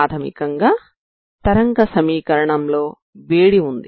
ప్రాథమికంగా తరంగ సమీకరణంలో వేడి ఉంది